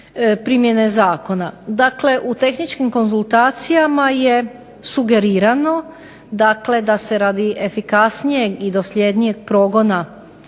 u tehničkim konzultacijama je sugerirano da se efikasnijeg i dosljednijeg progona